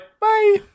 Bye